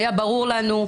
היה ברור לנו,